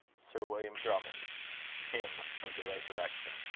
sir william drummond hymn of the resurrection.